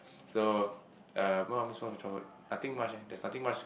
so uh what I gonna miss my childhood nothing much eh that's nothing much